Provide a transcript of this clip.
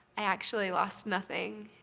i actually lost nothing,